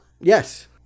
Yes